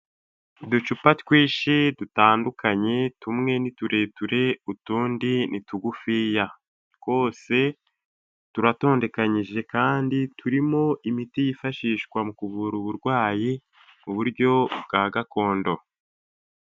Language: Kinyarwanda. Uducupa twinshi dutandukanye tumwe ni tureture utundi ni tugufiya. Twose turatondekanyije kandi turimo imiti yifashishwa mu kuvura uburwayi mu buryo bwa gakondo.